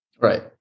Right